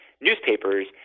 newspapers